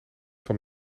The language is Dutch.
van